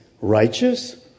righteous